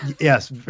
Yes